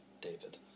David